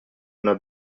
una